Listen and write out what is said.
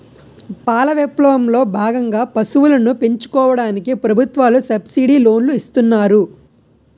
పాల విప్లవం లో భాగంగా పశువులను పెంచుకోవడానికి ప్రభుత్వాలు సబ్సిడీ లోనులు ఇస్తున్నారు